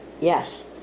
yes